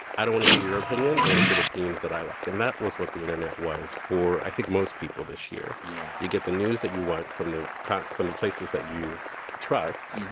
i don't want to hear your opinion. i want to hear the opinions that i like. and that was what the internet was for, i think, most people this year yeah you get the news that you want from the kind of from the places that you trust,